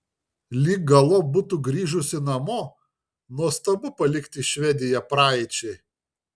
lyg galop būtų grįžusi namo nuostabu palikti švediją praeičiai